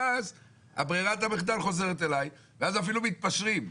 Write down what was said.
ואז ברירת המחדל חוזרת אליי ואז אפילו מתפשרים.